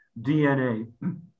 DNA